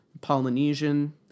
Polynesian